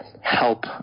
help